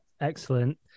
excellent